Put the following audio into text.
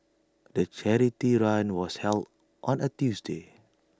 the charity run was held on A Tuesday